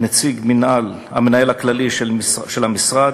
נציג המנהל הכללי של המשרד,